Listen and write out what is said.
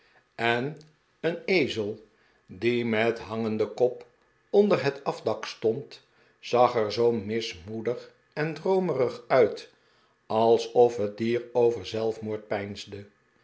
en een ezel die met een hangenden kop onder een af dak stond zag er zoo mismoedig en droomerig uit alsof net dier over zelf moor d peinsde